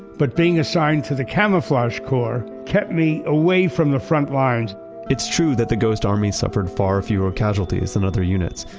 but being assigned to the camouflage corps kept me away from the front lines it's true that the ghost army suffered far fewer casualties than other units.